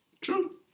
True